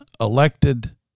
elected